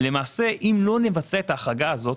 אם לא נבצע את ההחרגה הזאת,